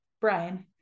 Brian